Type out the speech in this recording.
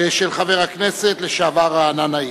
הכנסת לשעבר רענן נעים.